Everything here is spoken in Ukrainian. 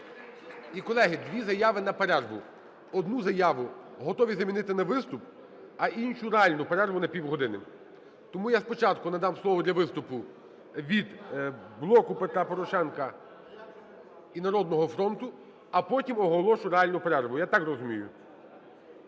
І, колеги, дві заяви на перерву. Одну заяву готові замінити на виступ, а іншу – реальну перерву на півгодини. Тому я спочатку надам слово для виступу від "Блоку Петра Порошенка" і "Народного фронту", а потім оголошу реальну перерву. Я так розумію.